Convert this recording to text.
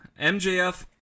MJF